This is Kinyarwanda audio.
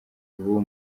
ubu